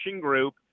group